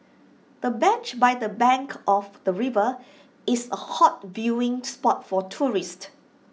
the bench by the bank of the river is A hot viewing spot for tourists